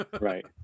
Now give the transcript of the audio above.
Right